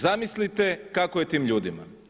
Zamislite kako je tim ljudima?